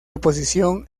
oposición